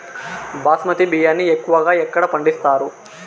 బాస్మతి బియ్యాన్ని ఎక్కువగా ఎక్కడ పండిస్తారు?